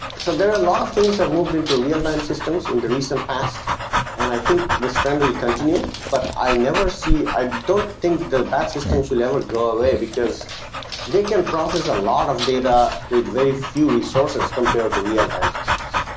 so there are a lot of things that moved into real time systems in the recent past and i think the struggle continue but i never see i don't think the batch system will ever go away because they can process a lot of data with very few resources compared to real time systems.